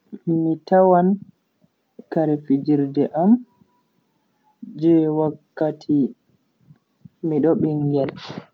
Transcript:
Mi tawan kare fijirde am je wakkati mido bingel.